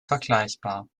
vergleichbar